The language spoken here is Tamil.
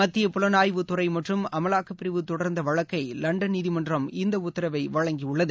மத்திய புலனாய்வு துறை மற்றும் அமலாக்கப்பிரிவு தொடர்ந்த வழக்கை லண்டன் நீதிமன்றம் இந்த உத்தரவை வழங்கியுள்ளது